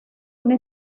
una